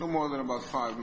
no more than about five